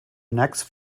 next